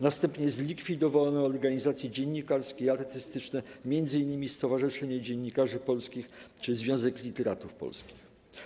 Następnie zlikwidowano organizacje dziennikarskie i artystyczne, m.in. Stowarzyszenie Dziennikarzy Polskich czy Związek Literatów Polskich.